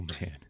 man